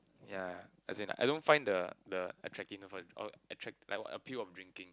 yea as in I don't find the the attractiveness for or attract like what appeal of drinking